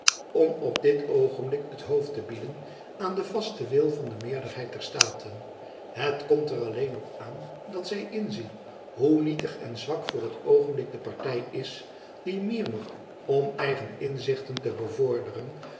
om op dit oogenblik het hoofd te bieden aan den vasten wil van de meerderheid der staten het komt er alleen op aan dat zy inzie hoe nietig en zwak voor t oogenblik de party is die meer nog om eigen inzichten te bevorderen